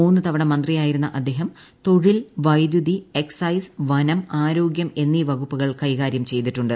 മൂന്നുതവണ മന്ത്രിയായിരുന്ന അദ്ദേഹം തൊഴിൽ വൈദ്യൂതി എക്സൈസ് വനം ആരോഗ്യം എന്നീ വകുപ്പുകൾ കൈകാര്യം ചെയ്തിട്ടുണ്ട്